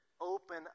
open